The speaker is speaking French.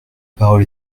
parole